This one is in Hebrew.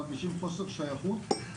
מרגישים חוסר שייכות,